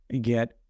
get